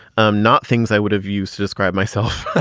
um not things i would have used to describe myself